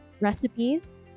recipes